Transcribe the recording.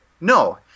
No